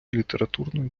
літературної